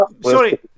Sorry